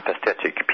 apathetic